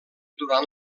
durant